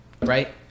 right